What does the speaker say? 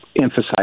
emphasize